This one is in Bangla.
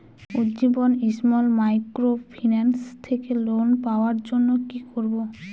উজ্জীবন স্মল মাইক্রোফিন্যান্স থেকে লোন পাওয়ার জন্য কি করব?